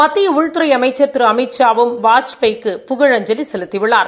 மத்திய உள்துறை அமைச்சா் திரு அமித்ஷா வும் வாஜ்பாய் க்கு புகழஞ்சலி செலுத்தியுள்ளார்